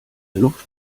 luft